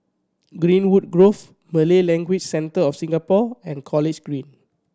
Greenwood Grove Malay Language Centre of Singapore and College Green